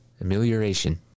Amelioration